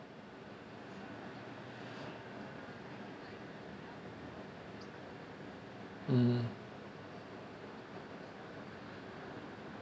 mm